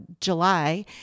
July